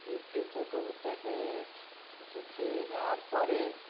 সেই কেঁচো গোবরটাকে কিছু খেয়ে নেওয়ার পরে